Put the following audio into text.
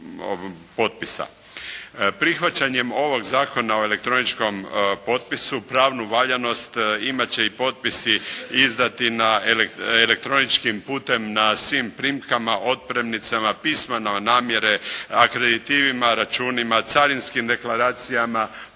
Prihvaćanjem ovog Zakona o elektroničkom potpisu pravnu valjanost imati će i potpisi izdati elektroničkim putem na svim primkama, otpremnicama, pismima namjere, akreditivima, računima, carinskim deklaracijama,